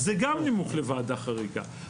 זה גם נימוק לוועדה חריגה.